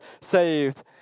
saved